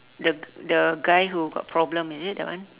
the the guy who got problem is it that one